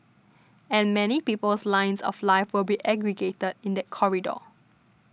and many people's lines of life will be aggregated in that corridor